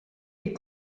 est